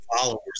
followers